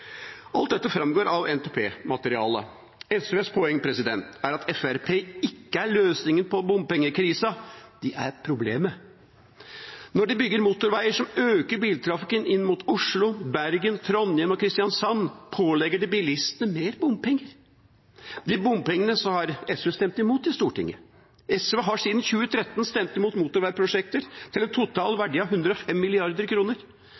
Alt dette framgår av NTP-materialet. SVs poeng er at Fremskrittspartiet ikke er løsningen på bompengekrisa, de er problemet. Når de bygger motorveier som øker biltrafikken inn mot Oslo, Bergen, Trondheim og Kristiansand, pålegger de bilistene mer bompenger. De bompengene har SV stemt imot i Stortinget. SV har siden 2013 stemt imot motorveiprosjekter til en total